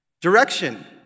Direction